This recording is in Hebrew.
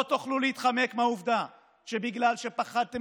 לא תוכלו להתחמק מהעובדה שבגלל שפחדתם